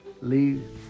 leave